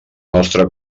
nostre